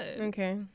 Okay